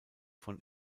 von